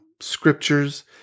scriptures